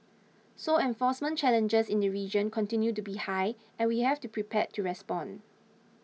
so enforcement challenges in the region continue to be high and we have to prepared to respond